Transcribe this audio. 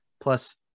plus